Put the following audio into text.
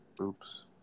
Oops